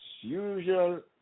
usual